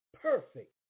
perfect